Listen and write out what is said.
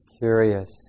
curious